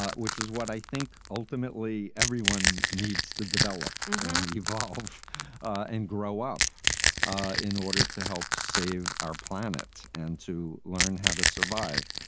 ah which is what i think ultimately everyone needs to develop and evolve and grow up in order to help save our planet and to learn how to survive.